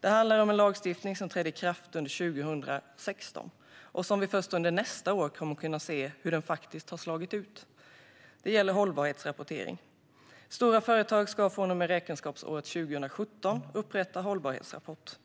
Det handlar om en lagstiftning som trädde i kraft under 2016. Först under nästa år kommer vi att kunna se hur den faktiskt har slagit ut. Det gäller hållbarhetsrapportering. Stora företag ska från och med räkenskapsåret 2017 upprätta en hållbarhetsrapport.